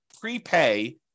prepay